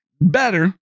better